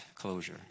closure